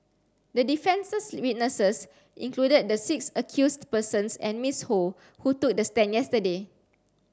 the defence's witnesses included the six accused persons and Miss Ho who took the stand yesterday